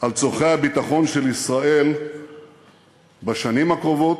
על צורכי הביטחון של ישראל בשנים הקרובות,